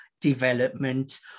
development